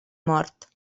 mort